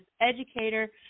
educator